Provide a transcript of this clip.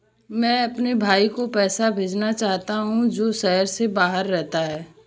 मैं अपने भाई को पैसे भेजना चाहता हूँ जो शहर से बाहर रहता है